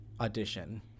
audition